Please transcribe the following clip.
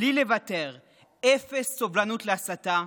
בלי לוותר, אפס סובלנות להסתה,